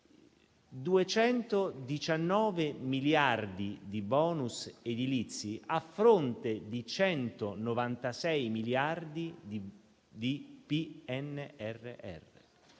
219 miliardi di *bonus* edilizi a fronte di 196 miliardi di PNRR.